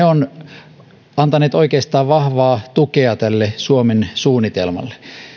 ovat antaneet oikeastaan vahvaa tukea tälle suomen suunnitelmalle